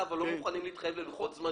אבל לא מוכנים להתחייב ללוחות זמנים,